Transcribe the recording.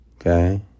Okay